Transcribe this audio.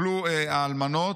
טופלו האלמנות,